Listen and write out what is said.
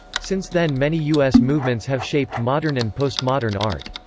since then many u s. movements have shaped modern and postmodern art.